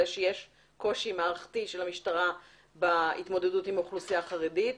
כי קיים קושי מערכתי למשטרה להתמודד עם האוכלוסייה החרדית.